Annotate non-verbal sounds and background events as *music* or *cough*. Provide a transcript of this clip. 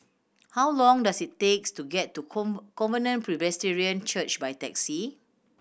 how long does it takes to get to *unintelligible* Covenant Presbyterian Church by taxi